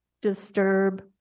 disturb